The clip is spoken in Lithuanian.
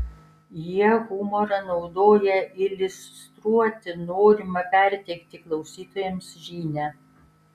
jie humorą naudoja iliustruoti norimą perteikti klausytojams žinią